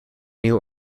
new